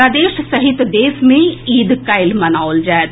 प्रदेश सहित देश मे ईद काल्हि मनाओल जायत